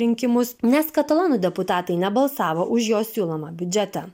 rinkimus nes katalonų deputatai nebalsavo už jo siūlomą biudžetą